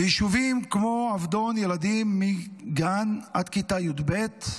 ביישובים כמו עבדון ילדים מגן עד כיתה י"ב,